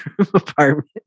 apartment